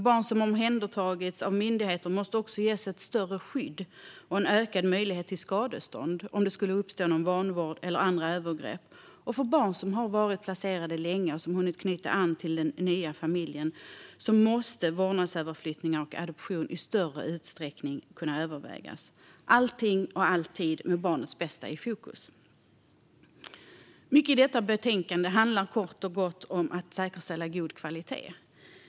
Barn som har omhändertagits av myndigheter måste också ges ett större skydd och ökad möjlighet till skadestånd om det skulle förekomma vanvård eller andra övergrepp, och för barn som har varit placerade länge och hunnit knyta an till den nya familjen måste vårdnadsöverflyttning och adoption kunna övervägas i större utsträckning - allting och alltid med barnets bästa i fokus. Mycket i detta betänkande handlar kort och gott om att säkerställa god kvalitet.